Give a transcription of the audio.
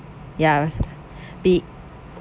ya be